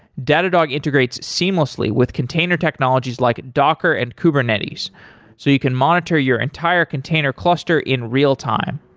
datadog integrates seamlessly with container technologies like docker and kubernetes so you can monitor your entire container cluster in real-time.